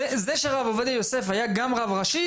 זה שהרב עובדיה יוסף היה גם רב ראשי,